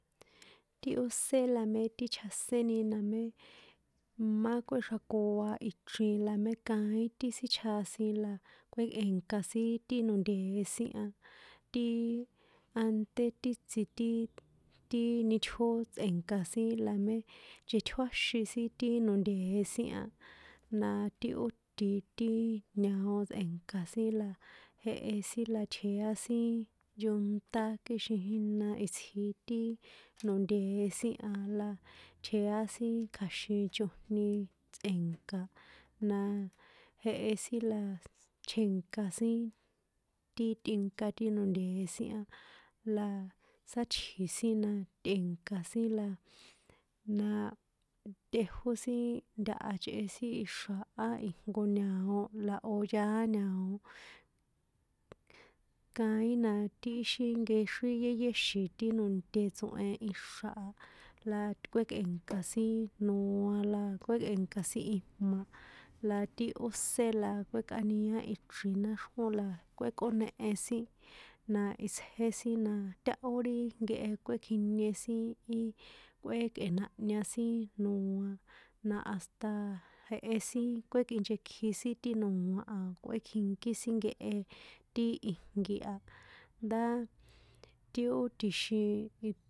Ti ósé le ti chjaséni namé imá kꞌuéxrakoa ichrin la mé kaín ti sin chjasin sin la kuekꞌuénka sin ti no̱ntee̱ sin a, tiiiii, anté ti tsi ti, tiii titjó tsꞌe̱nka̱ sin la mé nchetjuáxin sin ti no̱ntee̱ sin a, na ti ó ti tiii, ña̱o tsꞌe̱nka̱ sin la jehe sin la tjea sin yunta kixin jína itsji ti no̱ntee̱ sin a la tjea sin kja̱xin chojni tsꞌe̱nka̱ na jehe sin la tjènka sin, ti tꞌinka ti nontee̱ sin a, la sátji̱ sin na tꞌe̱nka sin la, na tꞌejó sin ntaha chꞌe sin ixra̱ á ijnko ña̱o la o̱ yaá ña̱o, kaín na ti íxin nkexrín yéyéxi̱n ti no̱nte tsohen ixra̱ a, la to kuékꞌe̱nka̱ sin noa la kuékꞌe̱nka̱ sin ijma̱, la ti ósé la kuékꞌaniá ichrin náxrjón la kuékꞌónehe sin, na itsjé sin na táhó ri nkehe kꞌuékjinie sin i, kuékꞌe̱nahña sin noa, na hasta jehe sin kuékinchekji sin ti noa a, kuékjinkí sin kehe ti ijnki a, ndá ti ó tjixin i.